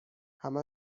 همه